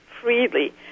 freely